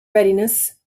readiness